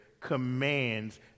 commands